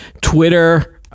Twitter